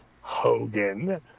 Hogan